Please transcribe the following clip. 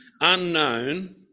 unknown